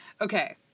Okay